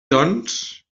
doncs